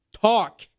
talk